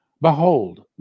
Behold